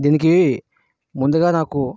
దీనికి ముందుగా నాకు